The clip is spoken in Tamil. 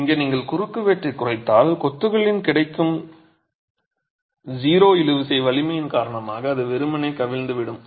இங்கே நீங்கள் குறுக்குவெட்டைக் குறைத்தால் கொத்துகளில் கிடைக்கும் 0 இழுவிசை வலிமையின் காரணமாக அது வெறுமனே கவிழ்ந்துவிடும்